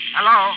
Hello